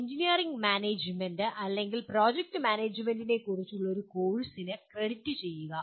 engineering management അല്ലെങ്കിൽ project മാനേജ്മെന്റിനെക്കുറിച്ചുള്ള ഒരു കോഴ്സിന് ക്രെഡിറ്റ് ചെയ്യുക